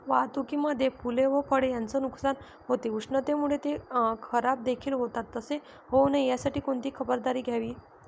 वाहतुकीमध्ये फूले व फळे यांचे नुकसान होते, उष्णतेमुळे ते खराबदेखील होतात तसे होऊ नये यासाठी कोणती खबरदारी घ्यावी?